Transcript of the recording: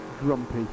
grumpy